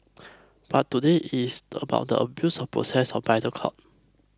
but today it's about the abuse of the process by the court